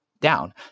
down